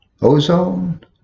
ozone